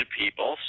people